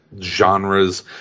genres